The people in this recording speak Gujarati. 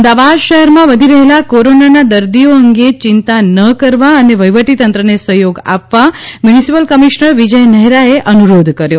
અમદાવાદ શહેરમાં વધી રહેલા કોરોનાના દર્દીઓ અંગે ચિંતા ન કરવા અને વહીવટીતંત્રને સહ્યોગ આપવા મ્યુનિસિપલ કમિશ્નર વિજય નહેરાએ અનુરોધ કર્યો